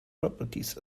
properties